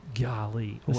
Golly